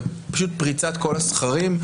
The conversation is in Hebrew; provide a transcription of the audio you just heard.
ופשוט פריצת כל הסכרים.